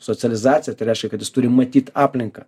socializacija tai reiškia kad jis turi matyt aplinką